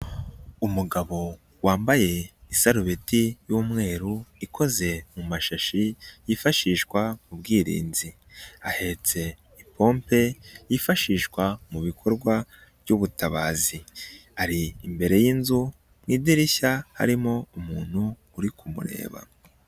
Umugabo wambaye isarubeti y'umweru ikoze mu mashashi yifashishwa mu bwirinzi, ahetse ipompe yifashishwa mu bikorwa by'ubutabazi, ari imbere y'inzu mu idirishya harimo umuntu uri kumureba.